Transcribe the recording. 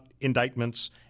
indictments